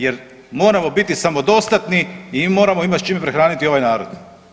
Jer moramo biti samodostatni i moramo imati s čim prehraniti ovaj narod.